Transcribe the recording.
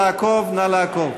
לעקוב, נא לעקוב.